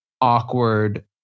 awkward